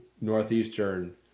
Northeastern